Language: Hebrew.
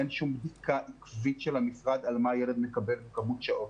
אין שום בדיקה עקבית של המשרד על מה הילד מקבל וכמות שעות.